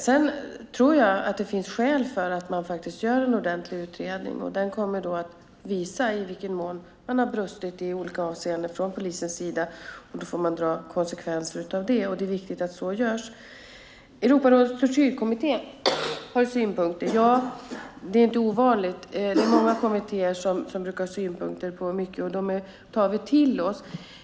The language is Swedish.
Sedan tror jag att det finns skäl för att man faktiskt gör en ordentlig utredning. Den kommer att visa i vilken mån man har brustit i olika avseenden från polisens sida. Då får man dra konsekvenser av det, och det är viktigt att så görs. Europarådets tortyrkommitté har synpunkter. Det är inte ovanligt. Det är många kommittéer som brukar ha synpunkter på mycket, och dem har vi tagit till oss.